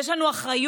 יש לנו אחריות